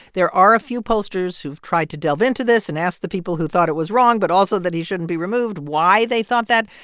there are a few pollsters who've tried to delve into this and ask the people who thought it was wrong but also that he shouldn't be removed why they thought that.